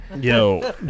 Yo